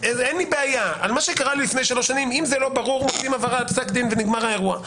לתת הבהרה על פסק דין ובזה נגמר האירוע.